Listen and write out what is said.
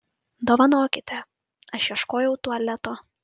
dovanokite aš ieškojau tualeto